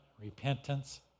repentance